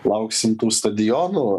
lauksim tų stadionų